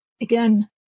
Again